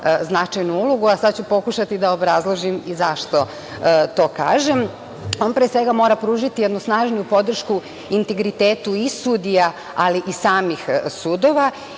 značajnu ulogu, a sad ću pokušati da obrazložim i zašto to kažem. Pre svega, on mora pružiti jednu snažnu podršku integritetu i sudija ali i samih sudova